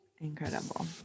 Incredible